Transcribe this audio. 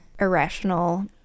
irrational